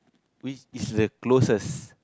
which is the closest